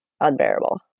unbearable